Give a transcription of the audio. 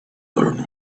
learn